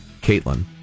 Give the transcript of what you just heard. caitlin